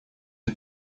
эту